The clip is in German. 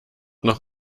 noch